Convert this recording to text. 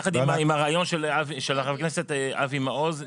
יחד עם ההצעה הרעיון של חבר הכנסת אבי מעוז,